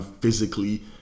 physically